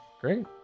Great